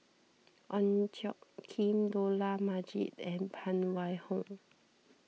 Ong Tjoe Kim Dollah Majid and Phan Wait Hong